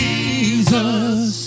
Jesus